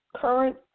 current